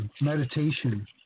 meditation